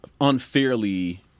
unfairly